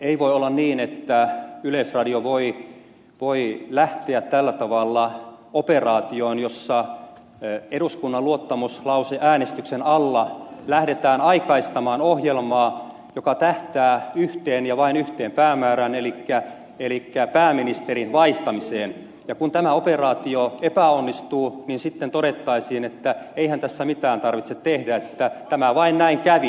ei voi olla niin että yleisradio voi lähteä tällä tavalla operaatioon jossa eduskunnan luottamuslauseäänestyksen alla lähdetään aikaistamaan ohjelmaa joka tähtää yhteen ja vain yhteen päämäärään elikkä pääministerin vaihtamiseen ja kun tämä operaatio epäonnistuu niin sitten todettaisiin että eihän tässä mitään tarvitse tehdä että tämä vain näin kävi